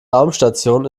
raumstation